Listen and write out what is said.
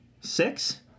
six